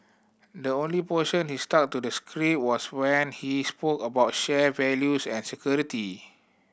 the only portion he stuck to the script was when he spoke about shared values and security